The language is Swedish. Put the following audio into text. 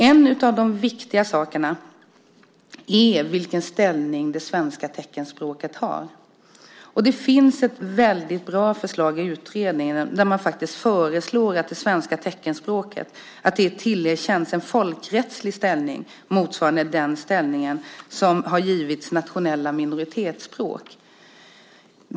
En av de viktiga sakerna är vilken ställning det svenska teckenspråket har. Det finns ett bra förslag i utredningen där man föreslår att det svenska teckenspråket tillerkänns en folkrättslig ställning motsvarande den ställning som har givits nationella minoritetsspråk.